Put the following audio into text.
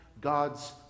God's